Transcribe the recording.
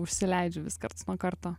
užsileidžiu vis karts nuo karto